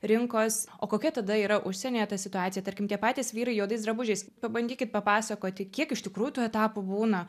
rinkos o kokia tada yra užsienyje ta situacija tarkim tie patys vyrai juodais drabužiais pabandykit papasakoti kiek iš tikrųjų tų etapų būna